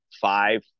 five